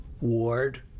ward